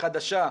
החדשה,